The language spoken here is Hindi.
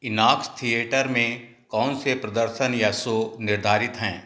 आईनॉक्स थिएटर में कौनसे प्रदर्शन या शो निर्धारित हैं